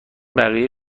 بقیه